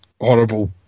horrible